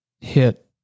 hit